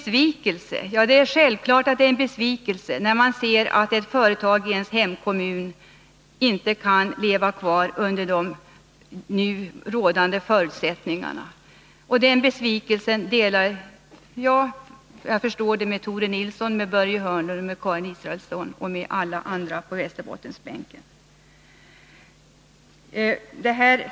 Självfallet är det en besvikelse när man ser att ett företag i hemkommunen inte kan leva vidare under de rådande förutsättningarna. Jag förstår att jag delar den besvikelsen med Tore Nilsson, Börje Hörnlund, Karin Israelsson och alla andra på Västerbottensbänken.